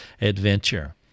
adventure